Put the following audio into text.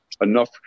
enough